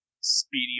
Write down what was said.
Speedy